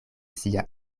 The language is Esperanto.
sia